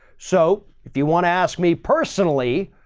so if you want to ask me personally,